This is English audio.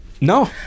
No